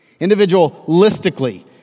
individualistically